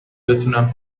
بتونم